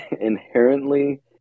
inherently